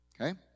Okay